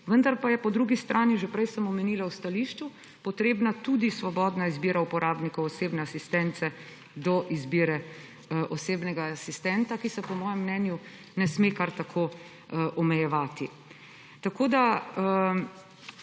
vendar pa je po drugi strani, že prej sem omenila v stališču, potrebna tudi svobodna izbira uporabnikov osebne asistence do izbire osebnega asistenta, ki se po mojem mnenju ne sme kar tako omejevati. Mislim,